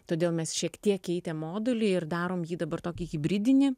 todėl mes šiek tiek keitėm modulį ir darom jį dabar tokį hibridinį